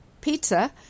pizza